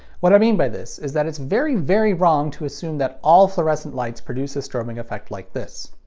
what i mean by this is that it's very very wrong to assume that all fluorescent lights produce a strobing effect like this.